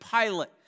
Pilate